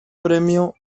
premio